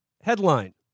headline